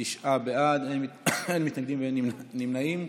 תשעה בעד, אין מתנגדים ואין נמנעים.